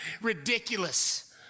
Ridiculous